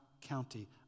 county